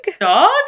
Dog